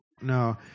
no